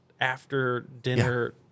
after-dinner